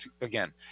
again